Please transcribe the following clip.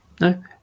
No